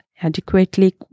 adequately